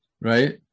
right